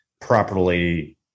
properly